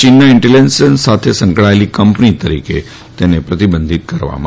ચીનના ઈન્ટેલીજન્સ સાથે સંકળાયેલી કંપની તરીકે તેને પ્રતિબંધીત કરી છે